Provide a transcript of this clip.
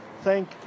thank